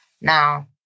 Now